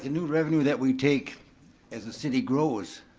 ah new revenue that we take as the city grows,